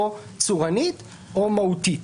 או צורנית או מהותית.